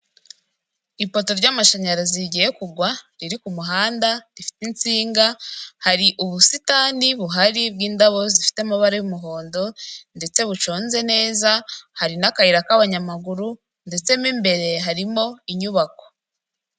Ipoto ry'amashanyarazi rigiye kugwa, riri ku muhanda rifite intsinga, hari ubusitani buhari bw'indabo zifite amabara y'umuhondo ndetse buconze neza, hari n'akayira k'abanyamaguru ndetse mw'imbere harimo inyubako.